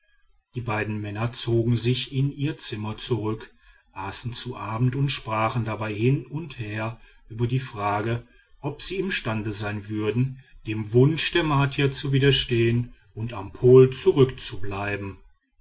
die beiden männer zogen sich in ihr zimmer zurück aßen zu abend und sprachen dabei hin und her über die frage ob sie imstande sein würden dem wunsch der martier zu widerstehen und am pol zurückzubleiben